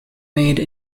made